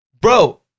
Bro